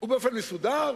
ובאופן מסודר?